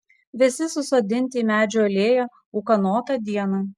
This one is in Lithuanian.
visi susodinti į medžių alėją ūkanotą dieną